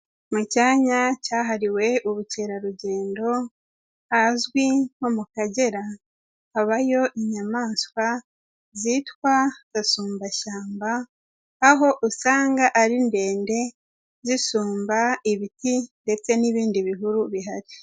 Mu cyanya cyahariwe ubukerarugendo hazwi nko mu Kagera, habayo inyamaswa zitwa agasumbashyamba, aho usanga ari ndende zisumba ibiti ndetse n'ibindi bihuru bihari.